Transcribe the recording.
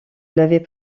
l’avait